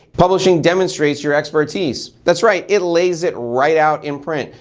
publishing demonstrates your expertise. that's right, it lays it right out in print.